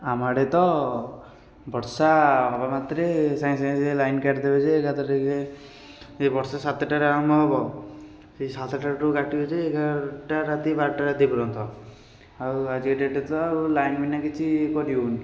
ଆମ ଆଡ଼େ ତ ବର୍ଷା ହେବା ମାତ୍ରେ ସାଙ୍ଗେ ସାଙ୍ଗେ ସେ ଲାଇନ୍ କାଟିଦେବ ଯେ ଏକାଥରେକେ ଯେ ବର୍ଷା ସାତଟାରେ ଆରମ୍ଭ ହେବ ସେଇ ସାତଟାଠୁ କାଟିବ ଯେ ଏଗାରଟା ରାତି ବାରଟା ରାତି ପର୍ଯ୍ୟନ୍ତ ଆଉ ଆଜିକା ଡେଟ୍ରେ ତ ଆଉ ଲାଇନ୍ ବିନା କିଛି ଇଏ କରିହେଉନି